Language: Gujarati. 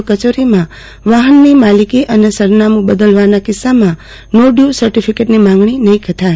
ઓ કચેરીમાં વાફનની માલિકી અને સરનામું બદલવાના કિસ્સામાં નો ડ્યુ સર્ટીફિકેટની માંગણી નહી થાય